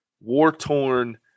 war-torn